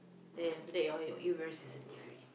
then after that your your ear very sensitive already